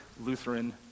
Lutheran